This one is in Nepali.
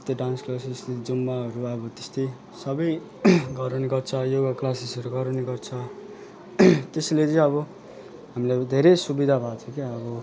त्यस्तै डान्स क्लासेस जुम्बाहरू अब त्यस्तै सबै गराउने गर्छ योगा क्लासेसहरू गराउने गर्छ त्यसैले चाहिँ अब हामीलाई धेरै सुविधा भएको छ क्या अब